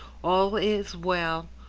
all is well,